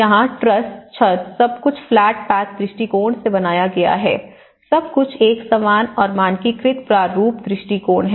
यहाँ ट्रस छत सब कुछ फ्लैट पैक दृष्टिकोण से बनाया गया है सब कुछ एक समान और मानकीकृत प्रारूप दृष्टिकोण है